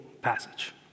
passage